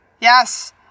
Yes